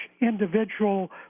individual